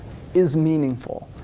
is meaningful.